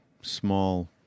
small